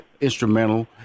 instrumental